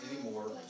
anymore